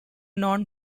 known